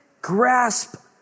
grasp